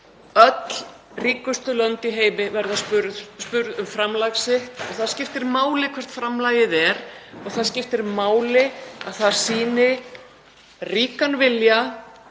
Öll ríkustu lönd í heimi verða spurð um framlag sitt og það skiptir máli hvert framlagið er og það skiptir máli að það sýni ríkan vilja